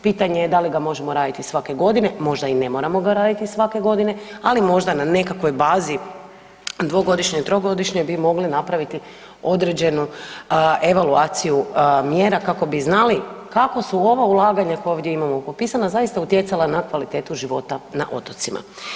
Pitanje je da li ga možemo raditi svake godine, možda i ne moramo ga raditi svake godine, ali možda na nekakvoj bazi dvogodišnjoj, trogodišnjoj bi mogli napraviti određenu evaluaciju mjera kako bi znali kako su ova ulaganja koja ovdje imamo popisana zaista utjecala na kvalitetu života na otocima.